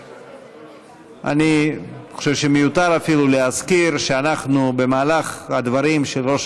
ואני חושב שמיותר אפילו להזכיר שבמהלך הדברים של ראש